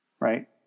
right